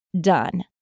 done